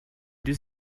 deux